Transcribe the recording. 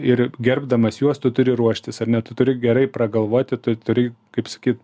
ir gerbdamas juos tu turi ruoštis ar ne tu turi gerai pragalvoti tu turi kaip sakyt